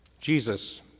Jesus